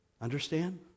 Understand